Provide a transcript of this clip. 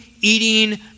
eating